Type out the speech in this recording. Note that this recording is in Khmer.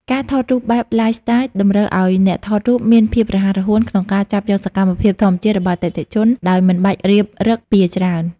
ការថតរូបបែប Lifestyle តម្រូវឱ្យអ្នកថតរូបមានភាពរហ័សរហួនក្នុងការចាប់យកសកម្មភាពធម្មជាតិរបស់អតិថិជនដោយមិនបាច់រៀបឫកពារច្រើន។